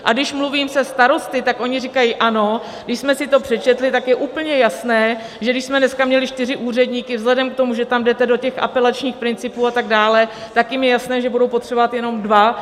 A když mluvím se starosty, tak oni říkají: Ano, když jsme si to přečetli, tak je úplně jasné, že když jsme dneska měli čtyři úředníky vzhledem k tomu, že tam jdete do těch apelačních principů a tak dále, tak jim je jasné, že budou potřebovat jenom dva.